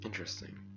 Interesting